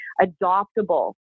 adoptable